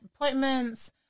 appointments